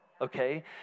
okay